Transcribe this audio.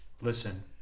Listen